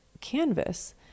canvas